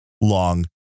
long